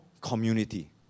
community